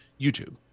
YouTube